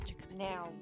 Now